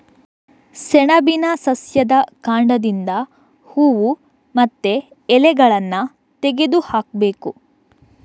ಸೆಣಬಿನ ಸಸ್ಯದ ಕಾಂಡದಿಂದ ಹೂವು ಮತ್ತೆ ಎಲೆಗಳನ್ನ ತೆಗೆದು ಹಾಕ್ಬೇಕು